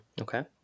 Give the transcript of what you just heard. okay